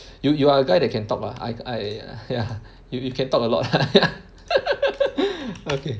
you you are a guy that can talk lah I I ya you you can talk a lot okay